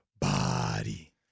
Body